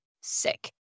sick